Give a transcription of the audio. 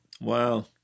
wow